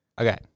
Okay